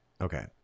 Okay